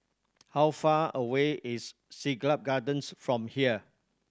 how far away is Siglap Gardens from here